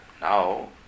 now